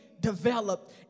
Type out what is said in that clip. developed